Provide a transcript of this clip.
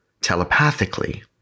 telepathically